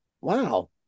Wow